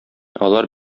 алар